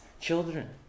children